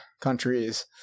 countries